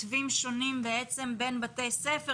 מתווים שונים בין בתי ספר,